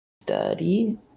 study